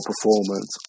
performance